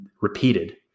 repeated